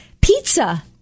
Pizza